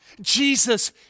Jesus